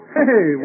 Hey